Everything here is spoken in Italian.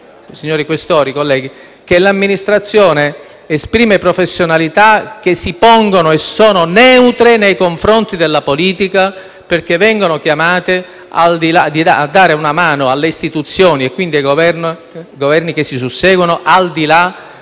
senatori Questori, colleghi, che l'Amministrazione esprime professionalità che si pongono e sono neutre nei confronti della politica, perché vengono chiamate a dare una mano alle istituzioni, e quindi ai Governi che si susseguono, al di là